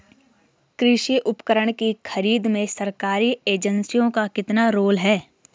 कृषि उपकरण की खरीद में सरकारी एजेंसियों का कितना रोल है?